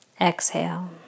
Exhale